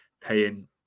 paying